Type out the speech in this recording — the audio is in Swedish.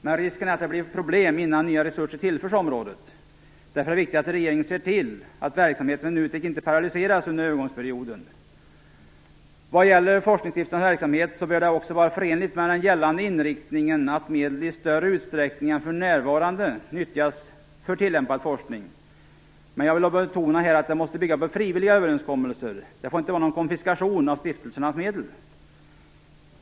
Men risken är att det blir problem innan nya resurser tillförs området. Därför är det viktigt att regeringen ser till att verksamheten vid NUTEK inte paralyseras under övergångsperioden. Vad gäller forskningsstiftelsernas verksamhet bör den också vara förenlig med den gällande inriktningen att medel i större utsträckning än för närvarande nyttjas för tillämpad forskning. Jag vill dock betona att det måste bygga på frivilliga överenskommelser. Det får inte vara någon konfiskation av stiftelsernas medel.